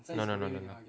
no no no no no